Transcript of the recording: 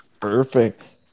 perfect